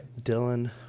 Dylan